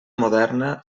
moderna